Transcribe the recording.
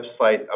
website